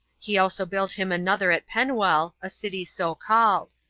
he also built him another at penuel, a city so called.